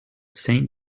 saint